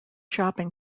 shopping